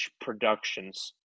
Productions